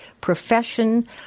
profession